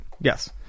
Yes